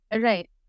Right